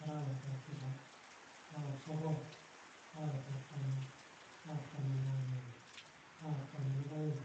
arawet ap tisap, ara'ap sogol, arawet ap taman, ara'ap taman ak aeng'e, ara'ap taman ak aeng'.